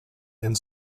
and